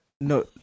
No